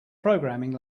programming